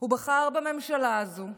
הוא בחר בממשלה הזאת,